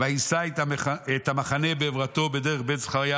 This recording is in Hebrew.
וייסע את המחנה בעברתו בדרך בית זכריה